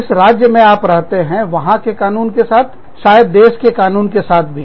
जिस राज्य में आप रहते हैं वहां के कानून के साथ शायद देश के कानून के साथ भी